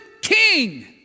king